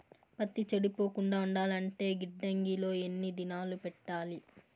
పత్తి చెడిపోకుండా ఉండాలంటే గిడ్డంగి లో ఎన్ని దినాలు పెట్టాలి?